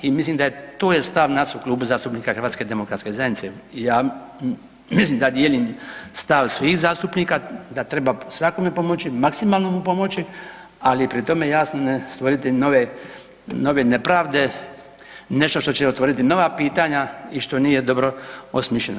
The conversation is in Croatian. I mislim da je, to je stav nas u Klubu zastupnika HDZ-a i ja mislim da dijelim stav svih zastupnika da treba svakome pomoći maksimalno mu pomoći, ali pri tome jasno ne stvoriti nove nepravde, nešto što će otvoriti nova pitanja i što nije dobro osmišljeno.